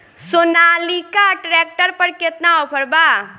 Sonalika tractor पर केतना offer बा?